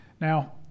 Now